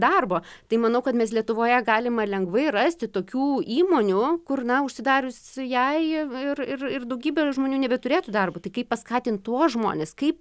darbo tai manau kad mes lietuvoje galima lengvai rasti tokių įmonių kur na užsidarius jai ir ir ir daugybė žmonių nebeturėtų darbo tai kaip paskatint tuos žmones kaip